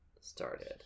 started